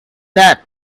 that